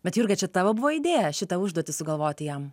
bet jurga čia tavo buvo idėją šitą užduotį sugalvoti jam